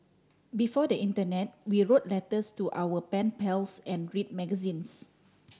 before the internet we wrote letters to our pen pals and read magazines